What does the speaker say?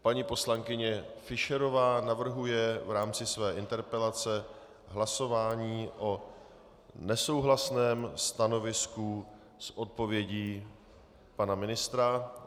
Paní poslankyně Fischerová navrhuje v rámci své interpelace hlasování o nesouhlasném stanovisku s odpovědí pana ministra.